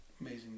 amazing